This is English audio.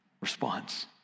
response